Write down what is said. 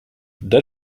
that